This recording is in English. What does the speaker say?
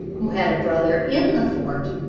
who had a brother in the fort.